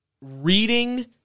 reading